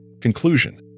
Conclusion